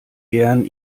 gern